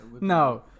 No